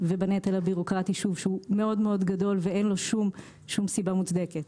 ולעמוד בנטל הבירוקרטי שהוא מאוד מאוד גדול ואין לו כל סיבה מוצדקת.